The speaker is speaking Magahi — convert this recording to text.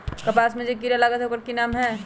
कपास में जे किरा लागत है ओकर कि नाम है?